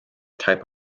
type